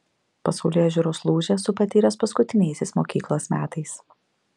pasaulėžiūros lūžį esu patyręs paskutiniaisiais mokyklos metais